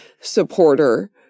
supporter